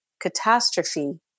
catastrophe